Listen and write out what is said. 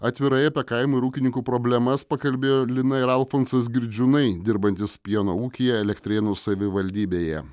atvirai apie kaimo ir ūkininkų problemas pakalbėjo lina ir alfonsas girdžiūnai dirbantys pieno ūkyje elektrėnų savivaldybėje